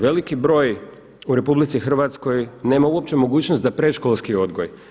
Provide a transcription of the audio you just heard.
Veliki broj u RH nema uopće mogućnost za predškolski odgoj.